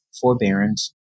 forbearance